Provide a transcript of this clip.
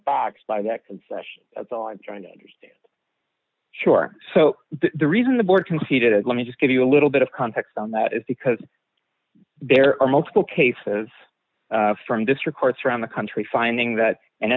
box by that concession that's all i'm trying to understand sure so the reason the board conceded it let me just give you a little bit of context on that is because there are multiple cases from district courts around the country finding that an